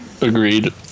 Agreed